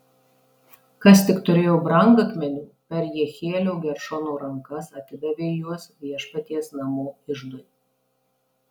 kas tik turėjo brangakmenių per jehielio geršono rankas atidavė juos viešpaties namų iždui